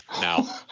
Now